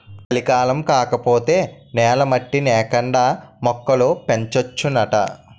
కలికాలం కాకపోతే నేల మట్టి నేకండా మొక్కలు పెంచొచ్చునాట